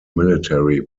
military